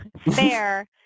Fair